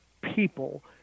people